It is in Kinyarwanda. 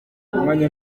umwanya